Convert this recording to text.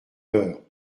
peur